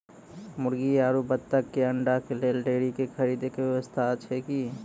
मुर्गी आरु बत्तक के अंडा के लेल डेयरी के खरीदे के व्यवस्था अछि कि?